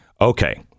Okay